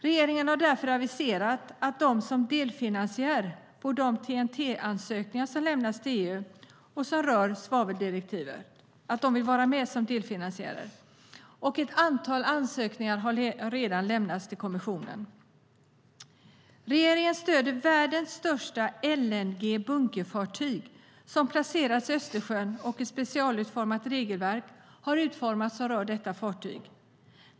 Regeringen har därför aviserat att man är med som delfinansiär på de TEN-T-ansökningar som lämnas till EU och som rör svaveldirektivet. Ett antal ansökningar har redan lämnats till kommissionen. Regeringen stöder världens största LNG-bunkerfartyg som placerats i Östersjön, och ett specialutformat regelverk har utformats som rör detta fartyg.